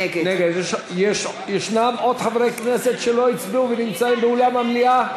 נגד יש עוד חברי כנסת שלא הצביעו ונמצאים באולם המליאה?